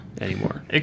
anymore